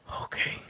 okay